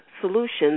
Solutions